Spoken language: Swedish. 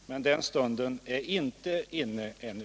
Men den stunden är inte inne ännu.